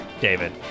David